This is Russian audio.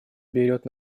берет